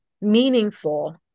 meaningful